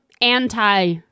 anti